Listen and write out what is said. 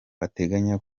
bateganya